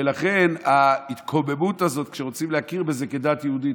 ולכן ההתקוממות הזאת כשרוצים להכיר בזה כדת יהודית.